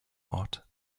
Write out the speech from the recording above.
ort